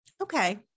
Okay